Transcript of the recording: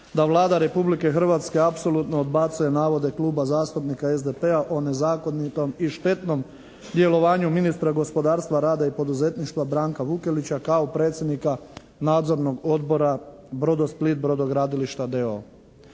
da Vlada Republike Hrvatske apsolutno odbacuje navode Kluba zastupnika SDP-a o nezakonitom i štetnom djelovanju ministra gospodarstva, rada i poduzetništva Branka Vukelića kao predsjednika Nadzornog odbora "Brodosplit" brodogradilišta d.o.o.